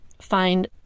find